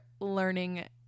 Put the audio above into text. learning